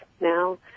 now